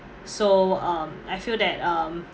so um I feel that um